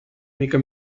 mica